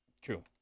True